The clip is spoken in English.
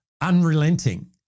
unrelenting